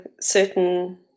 certain